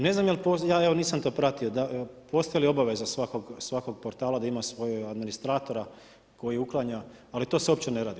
Ne znam da li, evo nisam to pratio postoji li obaveza svakog portala da ima svog administratora koji uklanja ali to se uopće ne radi.